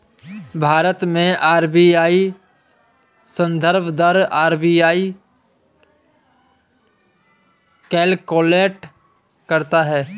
भारत में आर.बी.आई संदर्भ दर आर.बी.आई कैलकुलेट करता है